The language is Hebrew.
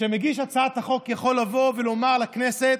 שמגיש הצעת החוק יכול לבוא ולומר לכנסת: